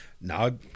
No